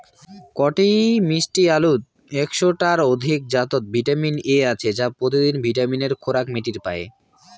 কটি মিষ্টি আলুত একশ টার অধিক জাতত ভিটামিন এ আছে যা পত্যিদিন ভিটামিনের খোরাক মিটির পায়